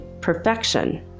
Perfection